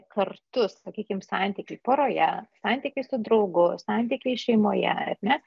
kartu sakykim santykiai poroje santykiai su draugu santykiai šeimoje ar ne